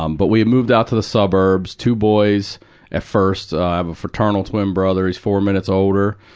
um but we moved out to the suburbs, two boys at first. i have a fraternal twin brother, he's four minutes older. ah,